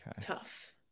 Tough